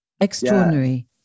Extraordinary